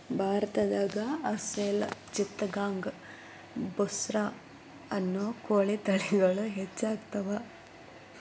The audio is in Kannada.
ಭಾರತದಾಗ ಅಸೇಲ್ ಚಿತ್ತಗಾಂಗ್ ಬುಸ್ರಾ ಅನ್ನೋ ಕೋಳಿ ತಳಿಗಳು ಹೆಚ್ಚ್ ಸಿಗತಾವ